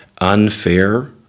unfair